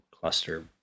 cluster